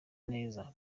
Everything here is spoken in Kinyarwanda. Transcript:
neza